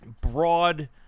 broad